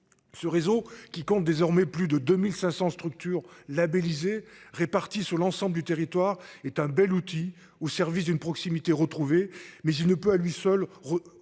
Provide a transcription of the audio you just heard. Ce réseau qui compte désormais plus de 2500 structures labellisé répartis sur l'ensemble du territoire est un bel outil au service d'une proximité retrouvée mais il ne peut à lui seul